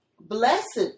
Blessed